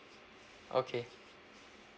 okay